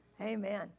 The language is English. Amen